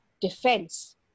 defense